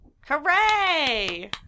Hooray